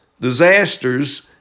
disasters